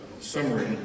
summary